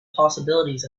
possibilities